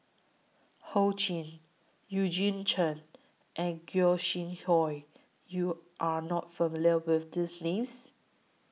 Ho Ching Eugene Chen and Gog Sing Hooi YOU Are not familiar with These Names